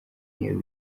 n’iyo